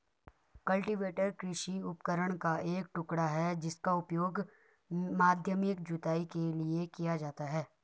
cultivator कृषि उपकरण का एक टुकड़ा है जिसका उपयोग माध्यमिक जुताई के लिए किया जाता है